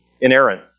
inerrant